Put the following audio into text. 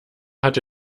hatte